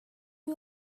you